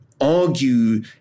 argue